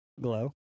Glow